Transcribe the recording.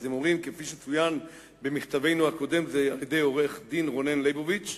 כפי שצוין במכתבנו הקודם על-ידי עורך-הדין רונן ליבוביץ,